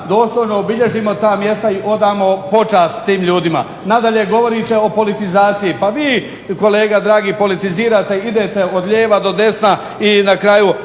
dostojno obilježimo ta mjesta i odamo počast tim ljudima. Nadalje, govori se o politizaciji. Pa vi kolega dragi vi politizirate, idete od lijeva do desna i na kraju,